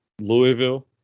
Louisville